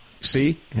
See